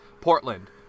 Portland